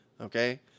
okay